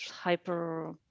hyper